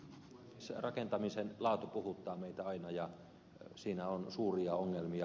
rakentamisen laatu puhuttaa meitä aina ja siinä on suuria ongelmia